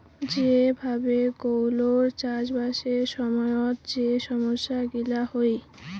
যে ভাবে গৌলৌর চাষবাসের সময়ত যে সমস্যা গিলা হই